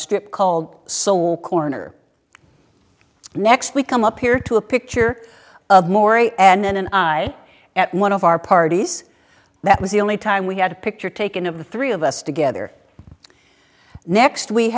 strip called soul corner next we come up here to a picture of maury and i at one of our parties that was the only time we had a picture taken of the three of us together next we